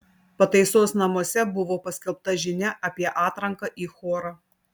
pataisos namuose buvo paskelbta žinia apie atranką į chorą